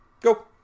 Go